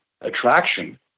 attraction